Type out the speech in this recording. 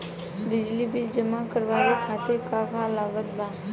बिजली बिल जमा करावे खातिर का का लागत बा?